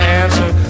answer